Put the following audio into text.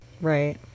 Right